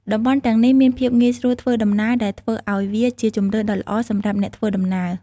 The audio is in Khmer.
តំបន់ទាំងនេះមានភាពងាយស្រួលធ្វើដំណើរដែលធ្វើឱ្យវាជាជម្រើសដ៏ល្អសម្រាប់អ្នកធ្វើដំណើរ។